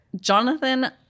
Jonathan